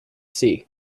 sea